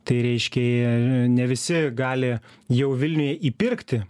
tai reiškia ne visi gali jau vilniuje įpirkti